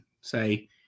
say